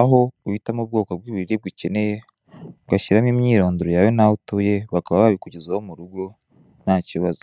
aho uhitamo ubwoko bwibiribwa ukeneye ugashyiramo imyirondoro yawe naho utuye bakaba babikugezaho murugo ntakibazo.